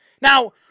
Now